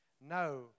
No